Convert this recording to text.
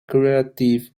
crative